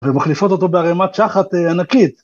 ומחליפות אותו בערימת שחת ענקית.